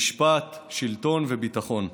משפט, שלטון וביטחון.